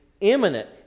imminent